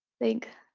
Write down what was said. think